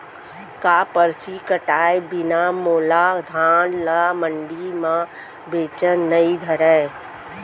का परची कटाय बिना मोला धान ल मंडी म बेचन नई धरय?